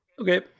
Okay